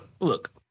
Look